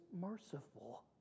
merciful